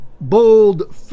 bold